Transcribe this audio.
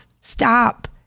Stop